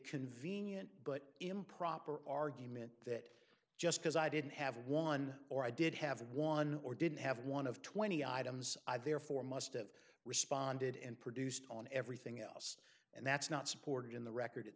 convenient but improper argument that just because i didn't have one or i did have one or didn't have one of twenty items i therefore must have responded and produced on everything else and that's not supported in the record it's